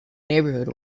neighborhood